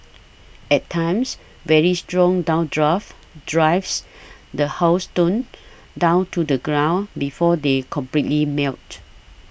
at times very strong downdrafts drives the hailstones down to the ground before they completely melt